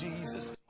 Jesus